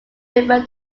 refer